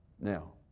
Now